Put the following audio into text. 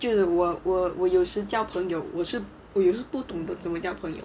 就个我我我有时交朋友我是我有不懂的不怎么交朋友